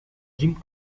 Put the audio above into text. jim